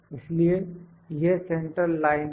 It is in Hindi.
इसलिए यह सेंट्रल लाइन है